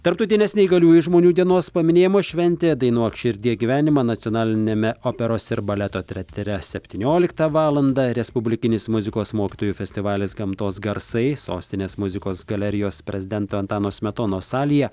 tarptautinės neįgaliųjų žmonių dienos paminėjimo šventėje dainuok širdie gyvenimą nacionaliniame operos ir baleto teatre septynioliktą valandą respublikinis muzikos mokytojų festivalis gamtos garsai sostinės muzikos galerijos prezidento antano smetonos salėje